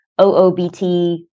OOBT